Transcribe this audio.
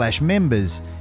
members